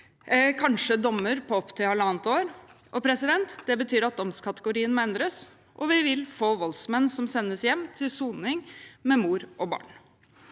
kanskje dommer på opptil halvannet år. Det betyr at domskategorien må endres, og vi vil få voldsmenn som sendes hjem til soning med mor og barn.